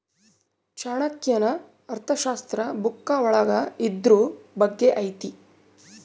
ಚಾಣಕ್ಯನ ಅರ್ಥಶಾಸ್ತ್ರ ಬುಕ್ಕ ಒಳಗ ಇದ್ರೂ ಬಗ್ಗೆ ಐತಿ